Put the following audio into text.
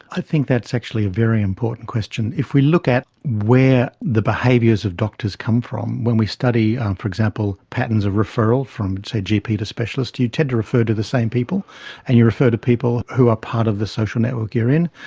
i think that's actually a very important question. if we look at where the behaviours of doctors come from, when we study, for example, patterns of referral from, say, gp to specialist, you tend to refer to the same people and you refer to people who are part of the social network you are in.